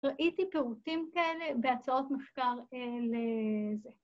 ‫ראיתי פירוטים כאלה ‫בהצעות מחקר של אה...